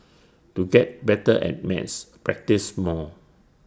to get better at maths practise more